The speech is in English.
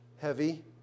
heavy